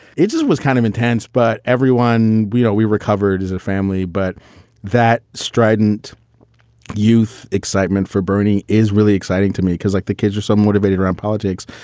it just was kind of intense. but everyone, you know, we recovered as a family. but that strident youth excitement for bernie is really exciting to me because like the kids are so motivated around politics.